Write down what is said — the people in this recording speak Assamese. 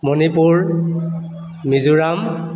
মণিপুৰ মিজোৰাম